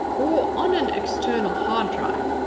or on an external hard drive.